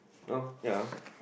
oh ya